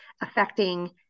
affecting